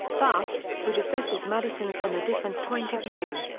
thus, wood assesses madison from a different point of view.